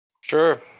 Sure